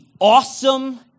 awesome